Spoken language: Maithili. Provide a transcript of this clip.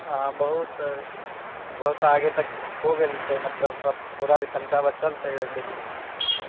हँ बहुत बहुत आगे तक हो गेल छै मतलब अब थोड़ा तनिका बचल छै जैसे कि